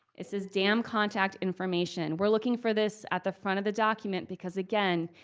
it says dam contact information. we're looking for this at the front of the document, because again,